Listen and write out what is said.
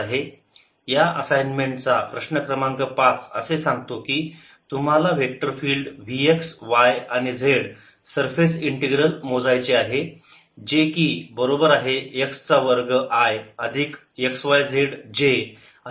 या असाइन्मेंट चा प्रश्न क्रमांक पाच असे सांगतो की तुम्हाला vector field V x y आणि z सरफेस इंटिग्रल मोजायचे आहे जे की बरोबर आहे x चा वर्ग i अधिक x y z j अधिक y चा वर्ग z k